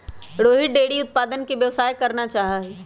Rohit dairy उत्पादन के व्यवसाय करना चाहा हई